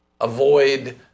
Avoid